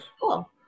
cool